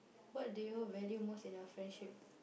what do you value most in your friendship